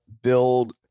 build